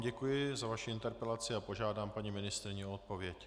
Děkuji vám za vaši interpelaci a požádám paní ministryni o odpověď.